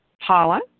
Paula